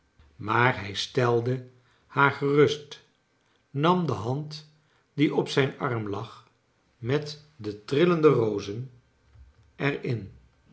maar hij stelde haar gerust nam de hand die op zijn arm lag met de trillende rozen er